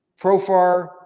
Profar